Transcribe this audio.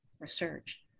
research